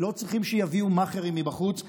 לא צריכים שיביאו מאכערים מבחוץ,